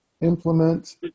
implement